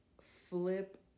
flip